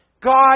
God